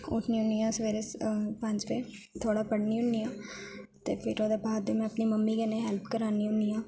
उट्ठनी होन्नी आं सबेरे पंज बजे थोह्ड़ा पढ़नी हुन्नी आं ओह्दे बाद में अपनी मम्मी कन्नै हेल्प करानी होन्नी आं